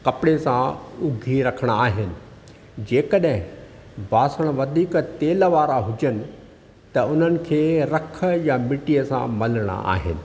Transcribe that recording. कपिड़े सां उघी रखणा आहिनि जेकॾहिं बासण वधीक तेल वारा हुजनि त हुननि खे रख या मिटीअ सां मलणा आहिनि